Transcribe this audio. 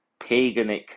paganic